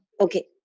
okay